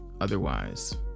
otherwise